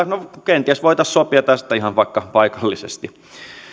no kenties voitaisiin sopia tästä ihan vaikka paikallisesti